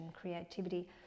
creativity